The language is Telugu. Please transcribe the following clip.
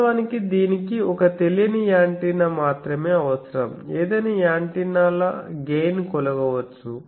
వాస్తవానికి దీనికి ఒక తెలియని యాంటెన్నా మాత్రమే అవసరం ఏదైనా యాంటెన్నా ల గెయిన్ కొలవవచ్చు